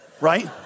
right